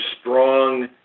strong